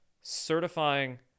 certifying